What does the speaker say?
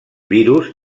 virus